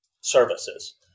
services